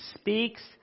speaks